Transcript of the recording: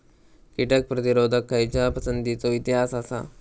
कीटक प्रतिरोधक खयच्या पसंतीचो इतिहास आसा?